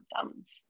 symptoms